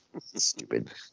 Stupid